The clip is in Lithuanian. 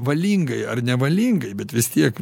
valingai ar nevalingai bet vis tiek